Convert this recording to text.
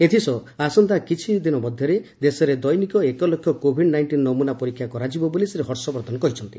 ଏଥିସହ ଆସନ୍ତା କିଛିଦିନ ମଧ୍ୟରେ ଦେଶରେ ଦୈନିକ ଏକଲକ୍ଷ କୋଭିଡ୍ ନାଇଷ୍ଟିନ୍ ନମୁନା ପରୀକ୍ଷା କରାଯିବ ବୋଲି ଶ୍ରୀ ହର୍ଷବର୍ଦ୍ଧନ କହିଛନ୍ତି